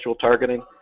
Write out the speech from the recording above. targeting